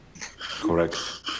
Correct